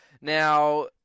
Now